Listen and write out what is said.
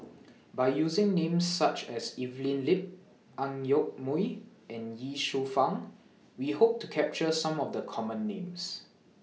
By using Names such as Evelyn Lip Ang Yoke Mooi and Ye Shufang We Hope to capture Some of The Common Names